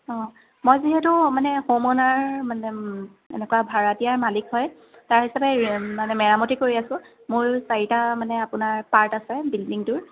অ' মই যিহেতু মানে হোম ওনাৰ মানে এনেকুৱা ভাড়াতীয়া মালিক হয় তাৰ হিচাপে মানে মেৰামতি কৰি আছোঁ মূল চাৰিটা মানে আপোনাৰ পাৰ্ট আছে বিল্ডিঙটোৰ